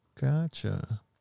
gotcha